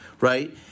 Right